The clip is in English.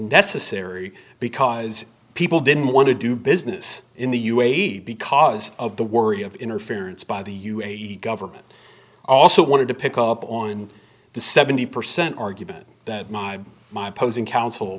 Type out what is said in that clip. necessary because people didn't want to do business in the u a e because of the worry of interference by the u a e government also wanted to pick up on the seventy percent argument that my my posing counsel